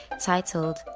titled